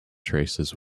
traces